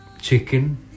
chicken